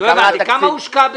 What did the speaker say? כמה הושקע בזה?